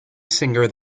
singer